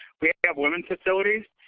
we have women facilities.